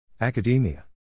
Academia